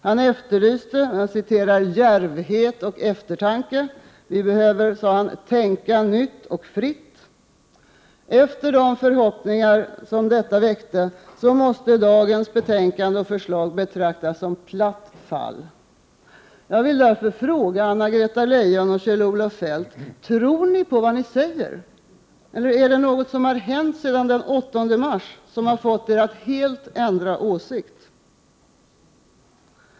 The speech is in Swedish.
Han efterlyste ”djärvhet och eftertanke” — vi behöver ”tänka nytt och fritt”, sade han. Efter de förhoppningar Feldt då väckte måste dagens betänkande och förslag betraktas som platt fall. Jag vill därför fråga både Anna-Greta Leijon och Kjell-Olof Feldt: Tror ni på vad ni säger? Eller vad är det som har hänt sedan den 8 mars som fått er att helt ändra åsikt?